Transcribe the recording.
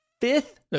fifth